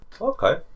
Okay